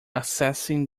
assessing